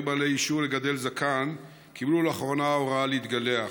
בעלי אישור לגדל זקן קיבלו לאחרונה הוראה להתגלח.